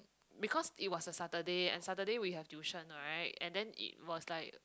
because it was a Saturday and Saturday we have tuition right and then it was like